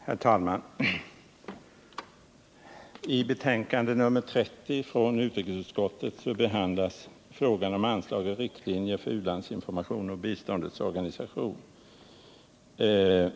Herr talman! I betänkande nr 30 från utrikesutskottet behandlas frågan om anslag och riktlinjer för u-landsinformation och biståndets organisation.